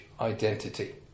identity